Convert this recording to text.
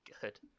good